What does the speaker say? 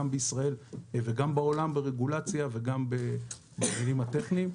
בישראל וגם בעולם ברגולציה וגם בהיבטים הטכניים.